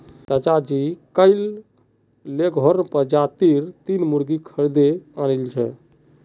चाचाजी कइल लेगहॉर्न प्रजातीर तीन मुर्गि खरीदे आनिल छ